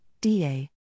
DA